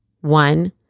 One